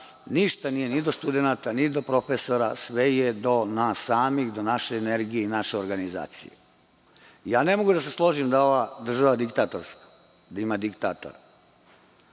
ništa nije ni do studenata, ni do profesora, sve je do nas samih, do naše energije i naše organizacije. Ne mogu da se složim da je ova država diktatorska, da ima diktatora.